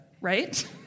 right